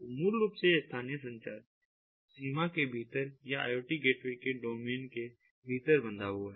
तो मूल रूप से यह स्थानीय संचार सीमा के भीतर या IoT गेटवे के डोमेन के भीतर बंधा हुआ है है